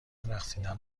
رقصیدن